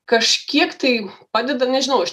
kažkiek tai padeda nežinau aš